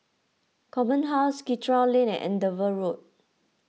Command House Karikal Lane and Andover Road